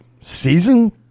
season